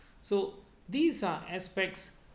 so these are aspects